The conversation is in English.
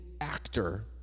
actor